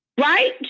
Right